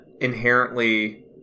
inherently